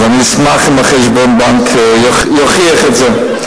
אז אני אשמח אם חשבון הבנק יוכיח את זה.